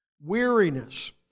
weariness